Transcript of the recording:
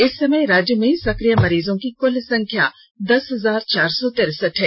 इस समय राज्य में सक्रिय मरीजों की कल संख्या दस हजार चार सौ तिरसठ है